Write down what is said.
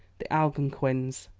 the algonquins,